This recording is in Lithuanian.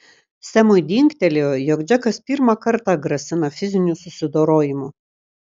semui dingtelėjo jog džekas pirmą kartą grasina fiziniu susidorojimu